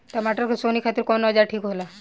टमाटर के सोहनी खातिर कौन औजार ठीक होला?